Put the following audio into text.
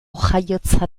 jaiotza